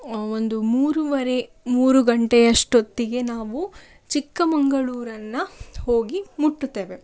ಒಂದು ಮೂರುವರೆ ಮೂರು ಗಂಟೆ ಅಷ್ಟೊತ್ತಿಗೆ ನಾವು ಚಿಕ್ಕಮಗಳೂರನ್ನ ಹೋಗಿ ಮುಟ್ಟುತ್ತೇವೆ